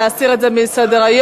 להסיר את זה מסדר-היום?